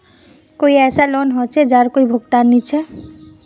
कोई ऐसा लोन होचे जहार कोई भुगतान नी छे?